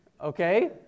Okay